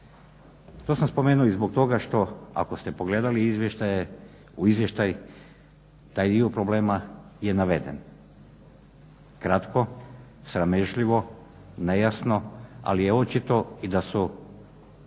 To sam spomenuo i zbog toga što ako ste pogledali izvještaje u izvještaj taj dio problema je naveden, kratko, sramežljivo, nejasno ali je očito i da su